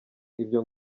ibyo